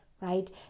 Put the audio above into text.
right